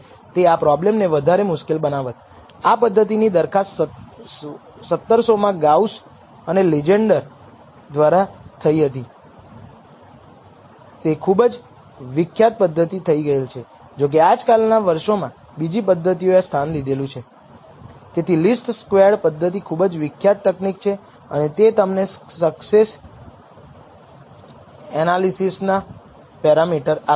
તેથી આપણે પૂછીએ છીએ કે શું ઘટાડેલા મોડેલને સ્વીકારવું જોઈએ કે જે નલ પૂર્વધારણા છે અથવા આ વૈકલ્પિકની તરફેણમાં નામંજૂર થવું જોઈએ કે જેમાં સ્લોપ પરિમાણ શામેલ છે